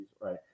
right